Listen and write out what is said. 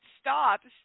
stops